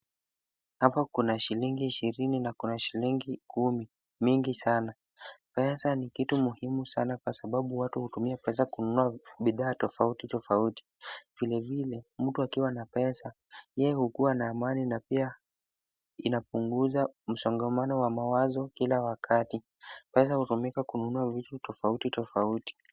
Huku kuna shilingi ishirini na kuna shilingi kumi mingi sana. Pesa ni kitu muhimu sana kwa sababu watu hutumia pesa kununua bidhaa tofauti tofauti. Vile vile, mtu akiwa na pesa yeye hukuwa na amani na pia inapunguza msongamano wa mawazo kila wakati. Pesa hutumika kununua vitu tofauti tofauti.